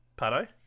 Pato